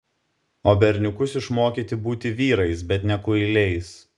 o berniukus išmokyti būti vyrais bet ne kuiliais